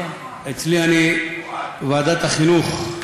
ועדת החינוך,